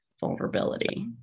vulnerability